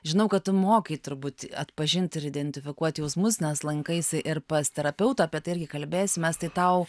žinau kad tu mokai turbūt atpažinti ir identifikuoti jausmus nes lankaisi ir pas terapeutą apie tai irgi kalbėsimės tai tau